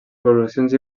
poblacions